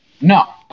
No